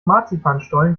marzipanstollen